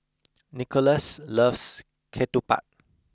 Nicolas loves ketupat